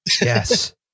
Yes